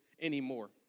anymore